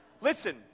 Listen